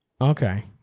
Okay